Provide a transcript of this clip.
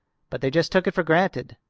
but they just took it for granted.